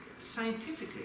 Scientifically